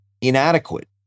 inadequate